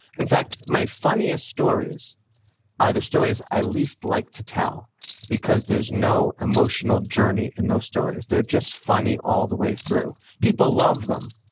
in fact, my funniest stories are the stories i least like to tell because there's no emotional journey in those stories. they're just funny all the way through. people love them,